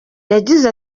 yagize